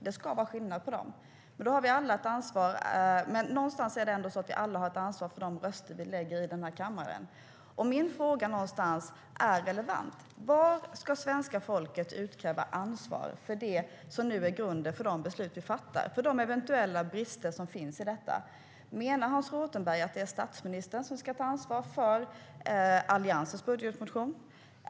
Det ska vara skillnad på dem. Någonstans har vi alla ett ansvar för de röster vi lägger i denna kammare. Min fråga är relevant. Var ska svenska folket utkräva ansvar för det som nu är grunden för de beslut vi fattar och de eventuella brister som finns? Menar Hans Rothenberg att det är statsministern som ska ta ansvar för Alliansens budgetmotion?